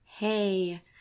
hey